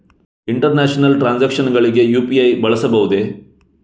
International transactions ಗಳಿಗೆ UPI ಬಳಸಬಹುದೇ?